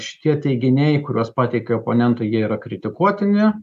šitie teiginiai kuriuos pateikia oponentai jie yra kritikuotini